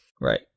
Right